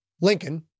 Lincoln